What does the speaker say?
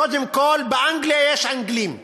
קודם כול, באנגליה יש אנגלים,